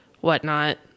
whatnot